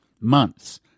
months